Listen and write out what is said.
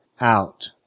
out